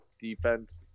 defense